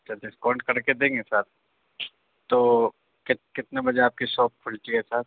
اچھا ڈسکاؤنٹ کر کے دیں گے سر تو کتنے بجے آپ کی شاپ کُھلتی ہے سر